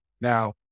Now